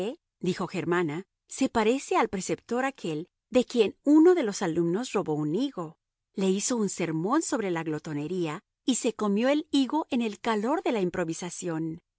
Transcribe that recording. de bretignires dijo germana se parece al preceptor aquel de quien uno de los alumnos robó un higo le hizo un sermón sobre la glotonería y se comió el higo en el calor de la improvisación